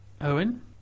Owen